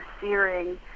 searing